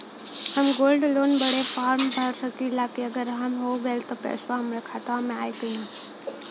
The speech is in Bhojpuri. हम गोल्ड लोन बड़े फार्म भर सकी ला का अगर हो गैल त पेसवा हमरे खतवा में आई ना?